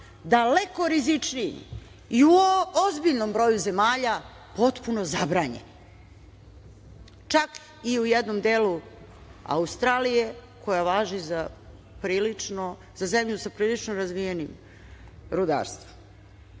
daleko rizičniji i u ozbiljnom broju zemalja potpuno zabranjeni, čak i u jednom delu Australije, koja važi za zemlju sa prilično razvijenim rudarstvom? Dakle,